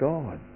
God